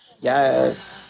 Yes